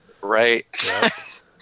Right